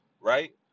right